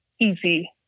easy